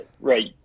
right